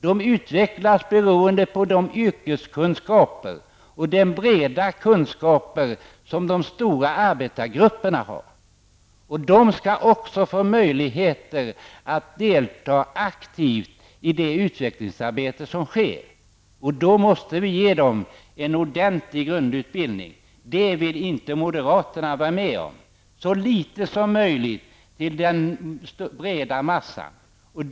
De utvecklas beroende på de yrkeskunskaper och de breda kunskaper som de stora arbetargrupperna har. De breda grupperna skall också få möjligheter att delta aktivt i det utvecklingsarbete som sker. Då måste vi ge dem en ordentlig grundutbildning. Det vill inte moderaterna vara med om. Så litet som möjligt till den breda massan! är deras paroll.